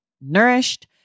nourished